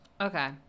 Okay